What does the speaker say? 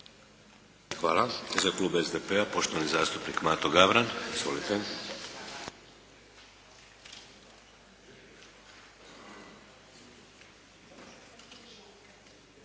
Hvala. Za klub SDP-a poštovani zastupnik Mato Gavran. Izvolite!